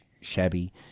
shabby